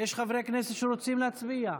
יש חברי כנסת שרוצים להצביע?